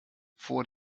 vor